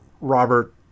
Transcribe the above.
Robert